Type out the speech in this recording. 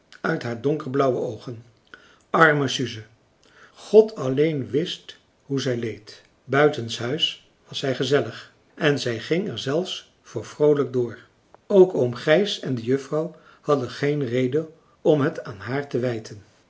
uit haar donkerblauwe oogen arme suze god alleen wist hoe zij leed buitenshuis was zij gezellig en zij ging er zelfs voor vroolijk door ook oom gijs en de juffrouw hadden geen reden om het aan haar te wijten